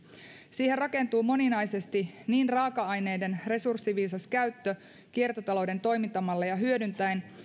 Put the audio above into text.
siihen rakentuu moninaisesti niin raaka aineiden resurssiviisas käyttö kiertotalouden toimintamalleja hyödyntäen